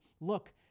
look